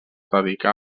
dedicà